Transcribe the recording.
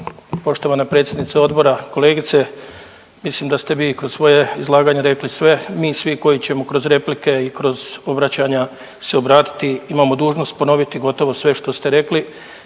poštovana predsjednice odbora, kolegice. Mislim da ste vi kroz svoje izlaganje rekli sve. Mi svi koji ćemo kroz replike i kroz obraćanja se obratiti imamo dužnost ponoviti gotovo sve što ste rekli,